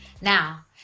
Now